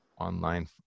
online